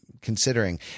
considering